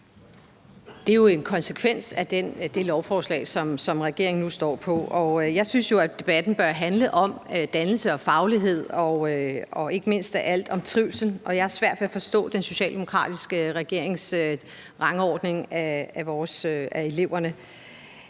Det er jo en konsekvens af det lovforslag, som regeringen nu står på. Jeg synes jo, at debatten bør handle om dannelse og faglighed og ikke mindst af alt om trivsel, og jeg har svært ved at forstå den socialdemokratiske regerings rangordning af eleverne.